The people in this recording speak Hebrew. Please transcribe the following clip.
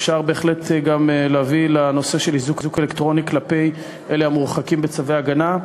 אפשר בהחלט גם להביא נושא של איזוק אלקטרוני לאלה המורחקים בצווי הגנה,